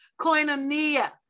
koinonia